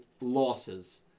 losses